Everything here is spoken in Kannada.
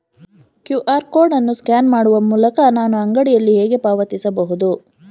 ಕ್ಯೂ.ಆರ್ ಕೋಡ್ ಅನ್ನು ಸ್ಕ್ಯಾನ್ ಮಾಡುವ ಮೂಲಕ ನಾನು ಅಂಗಡಿಯಲ್ಲಿ ಹೇಗೆ ಪಾವತಿಸಬಹುದು?